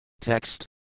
Text